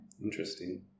Interesting